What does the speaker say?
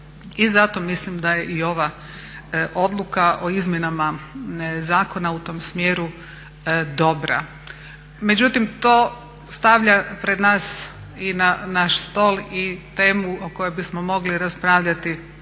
i zato mislim da je i ova odluka o izmjenama zakona u tom smjeru dobra. Međutim to stavlja pred nas i na naš stol i temu o kojoj bismo mogli raspravljati,